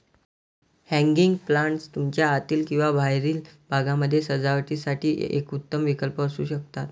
hanging planters तुमच्या आतील किंवा बाहेरील भागामध्ये सजावटीसाठी एक उत्तम विकल्प असू शकतात